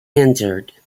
injured